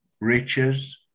Riches